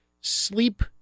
sleep